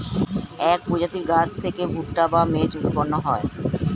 এক প্রজাতির গাছ থেকে ভুট্টা বা মেজ উৎপন্ন হয়